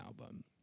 album